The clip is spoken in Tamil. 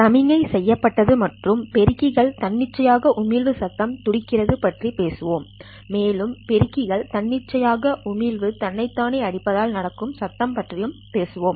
சமிக்ஞை செய்யப்பட்டது மற்றும் பெருக்கிகள் தன்னிச்சையான உமிழ்வு சத்தம் துடிக்கிறது பற்றி பேசுவோம் மேலும் பெருக்கிகள் தன்னிச்சையான உமிழ்வு தன்னைத்தானே அடிப்பதால் நடக்கும் சத்தம் பற்றியும் பேசுவோம்